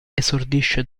esordisce